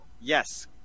Yes